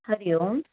Hari Om